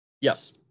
Yes